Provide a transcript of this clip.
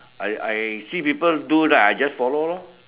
I I see people do then I just follow loh